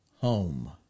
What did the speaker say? home